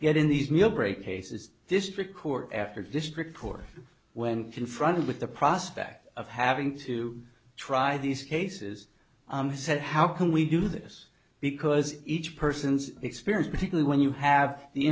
yet in these millbrae cases district court after district court when confronted with the prospect of having to try these cases he said how can we do this because each person's experience particularly when you have the